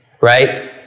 right